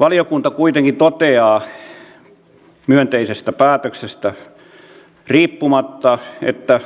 valiokunta kuitenkin toteaa myönteisestä päätöksestä riippumatta että